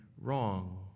wrong